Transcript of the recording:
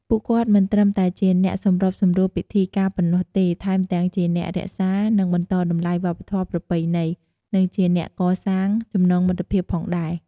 ពួកគាត់មិនត្រឹមតែជាអ្នកសម្របសម្រួលពិធីការប៉ុណ្ណោះទេ ថែមទាំងជាអ្នករក្សា និងបន្តតម្លៃវប្បធម៌ប្រពៃណី និងជាអ្នកកសាងចំណងមិត្តភាពផងដែរ។